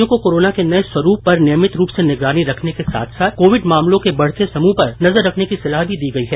राज्यों को कोरोना के नए स्वरूप पर नियमित रूप से निगरानी रखने के साथ साथ कोविड मामलों के बढ़ते समूह पर नजर रखने की सलाह भी दी गई है